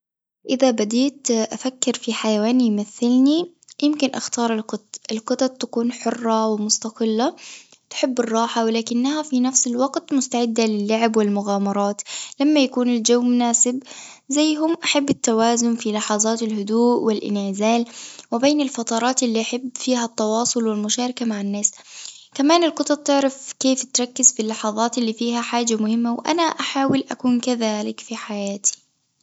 إذا بديت أفكر في حيوان يمثلني يمكن أختار القط القطط تكون حرة ومستقلة، تحب الراحة ولكنها في نفس الوقت مستعدة للعب والمغامرات، لما يكون الجو مناسب زيهم أحب التوازن في لحظات الهدوء والانعزال، وبين الفترات اللي أحب فيها التواصل والمشاركة مع الناس، كمان القطط تعرف كيف تركز في اللحظات اللي فيها حاجة مهمة وأنا أحاول أكون كذلك في حياتي.